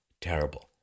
terrible